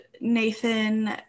Nathan